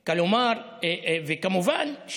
וכמובן,